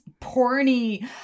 porny